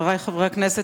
חברי חברי הכנסת,